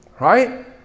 right